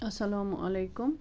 السَلامُ علیکُم